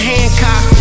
Hancock